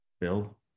Bill